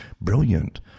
brilliant